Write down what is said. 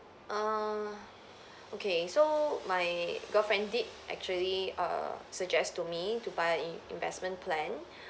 uh okay so my girlfriend did actually err suggest to me to buy in~ investment plan